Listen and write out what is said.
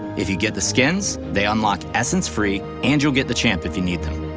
if you get the skins, they unlock essence-free and you'll get the champ if you need them.